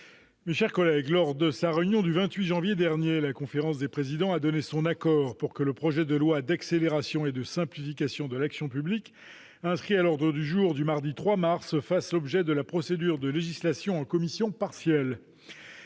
Mes chers collègues, lors de sa réunion du 28 janvier dernier, la conférence des présidents a donné son accord pour que le projet de loi d'accélération et de simplification de l'action publique, inscrit à l'ordre du jour du mardi 3 mars, fasse l'objet de la procédure de législation en commission partielle.